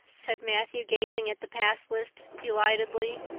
said matthew, gazing at the pass list delightedly.